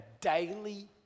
daily